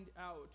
out